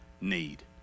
need